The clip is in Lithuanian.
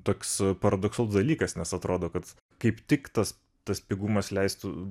toks paradoksalus dalykas nes atrodo kad kaip tik tas tas pigumas leistų